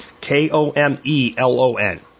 K-O-M-E-L-O-N